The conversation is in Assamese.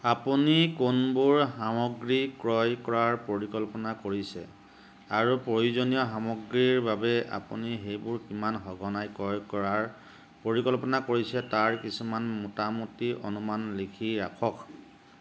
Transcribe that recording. আপুনি কোনবোৰ সামগ্ৰী ক্ৰয় কৰাৰ পৰিকল্পনা কৰিছে আৰু প্ৰয়োজনীয় সামগ্ৰীৰ বাবে আপুনি সেইবোৰ কিমান সঘনাই ক্ৰয় কৰাৰ পৰিকল্পনা কৰিছে তাৰ কিছুমান মোটামুটি অনুমান লিখি ৰাখক